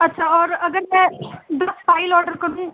اچھا اور اگر میں دس فائل آڈر کر دوں